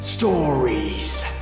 Stories